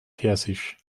persisch